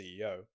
CEO